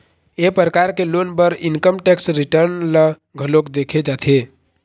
ए परकार के लोन बर इनकम टेक्स रिटर्न ल घलोक देखे जाथे